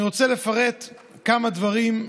אני רוצה לפרט כמה דברים,